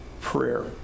prayer